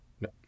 No